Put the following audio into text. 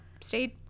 stayed